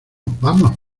vamos